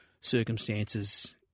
circumstances